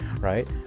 right